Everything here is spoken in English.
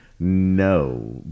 No